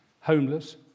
homeless